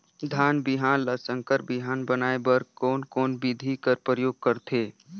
धान बिहान ल संकर बिहान बनाय बर कोन कोन बिधी कर प्रयोग करथे?